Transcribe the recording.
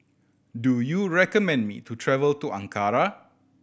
do you recommend me to travel to Ankara